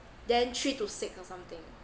then three to six or something